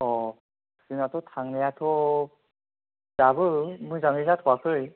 अ जोंनाथ' थांनायाथ' दाबो मोजाङै जाथवाखै